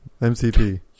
MCP